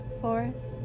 fourth